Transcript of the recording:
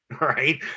right